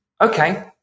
Okay